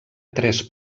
tres